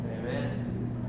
Amen